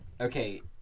Okay